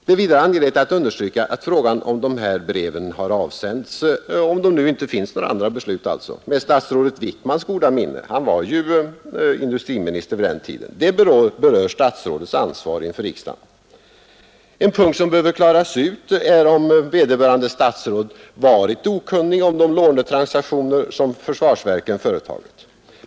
Det är vidare, för den händelse att det inte finns några andra beslut, angeläget att understryka att frågan huruvida de här breven har avsänts med statsrådet Wickmans — dvs. den dåvarande industriministerns — goda minne berör statsrådets ansvar inför riksdagen. En punkt som behöver klaras ut är om vederbörande statsråd varit okunnig om de lånetransaktioner som förenade fabriksverken företagit.